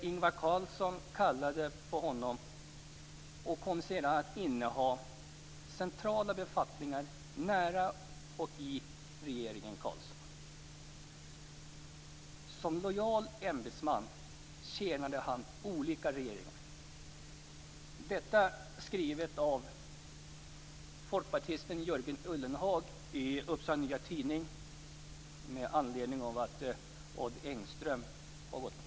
- Ingvar Carlsson kallade på" honom, "som sedan kom att inneha centrala befattningar nära och i regeringen Carlsson." Detta är skrivet av folkpartisten Jörgen Ullenhag i Upsala Nya Tidning med anledning av att Odd Engström har gått bort.